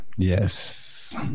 Yes